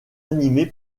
animé